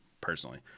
personally